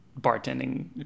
bartending